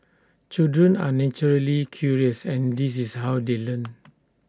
children are naturally curious and this is how they learn